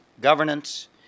governance